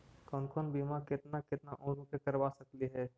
कौन कौन बिमा केतना केतना उम्र मे करबा सकली हे?